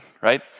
right